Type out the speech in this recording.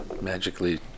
Magically